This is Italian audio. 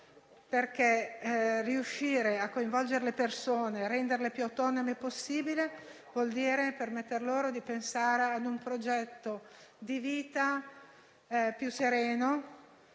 perché riuscire a coinvolgere queste persone, renderle più autonome possibili, vuol dire permetter loro di pensare ad un progetto di vita più sereno,